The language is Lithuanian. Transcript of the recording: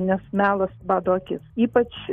nes melas bado akis ypač